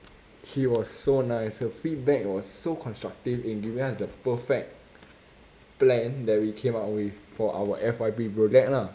she was so nice her feedback was so constructive in giving us the perfect plan that we came out with for our F_Y_P project lah